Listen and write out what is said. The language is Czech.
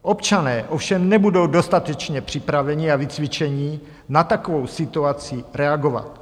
Občané ovšem nebudou dostatečně připraveni a vycvičeni na takovou situaci reagovat.